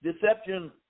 deception